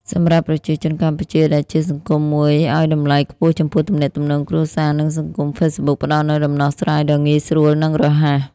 សម្រាប់ប្រជាជនកម្ពុជា ដែលជាសង្គមមួយឱ្យតម្លៃខ្ពស់ចំពោះទំនាក់ទំនងគ្រួសារ និងសង្គម Facebook ផ្តល់នូវដំណោះស្រាយដ៏ងាយស្រួលនិងរហ័ស។